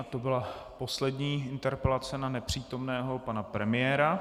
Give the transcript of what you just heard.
To byla poslední interpelace na nepřítomného pana premiéra.